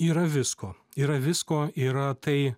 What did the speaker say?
yra visko yra visko yra tai